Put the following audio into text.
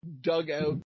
dugout